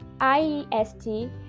I-e-s-t